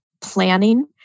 planning